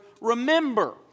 Remember